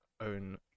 own